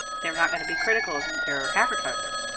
they're not going to be critical of their advertiser.